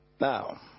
now